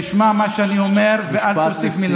תשמע מה שאני אומר ואל תוסיף מילה.